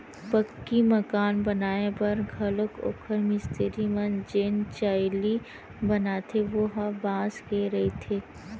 पक्की मकान बनाए बर घलोक ओखर मिस्तिरी मन जेन चइली बनाथे ओ ह बांस के रहिथे